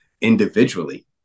individually